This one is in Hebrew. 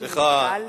סליחה,